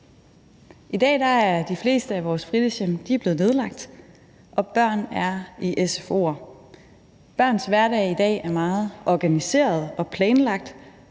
I dag er de fleste af vores fritidshjem blevet nedlagt, og børn er i sfo'er. Børns hverdag i dag er meget organiseret og planlagt.